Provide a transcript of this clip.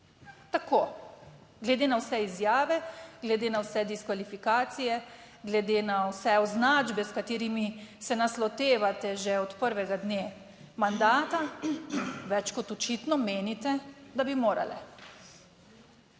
tako, glede na vse izjave, glede na vse diskvalifikacije, glede na vse označbe, s katerimi se nas lotevate že od prvega dne mandata, več kot očitno menite, da bi morale